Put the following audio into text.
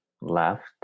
left